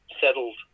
settled